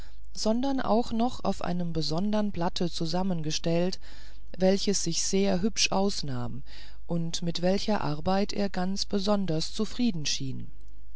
sondern noch auf einem besondern blatte zusammengestellt welches sich sehr hübsch ausnahm und mit welcher arbeit er ganz besonders zufrieden schien